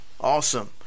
Awesome